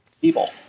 people